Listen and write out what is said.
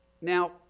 Now